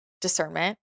discernment